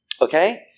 Okay